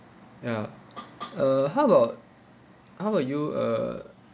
ya uh how about how about you uh